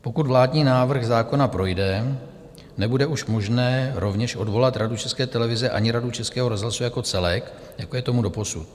Pokud vládní návrh zákona projde, nebude už možné rovněž odvolat Radu České televize ani Radu Českého rozhlasu jako celek, jako je tomu doposud.